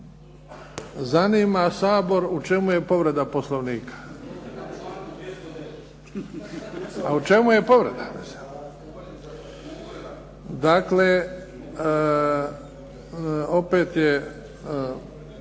Zanima Sabor u čemu je povreda Poslovnika. … /Upadica se ne čuje./… Dakle, opet je